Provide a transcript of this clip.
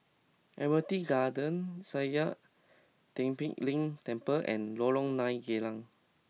Admiralty Garden Sakya Tenphel Ling Temple and Lorong Nine Geylang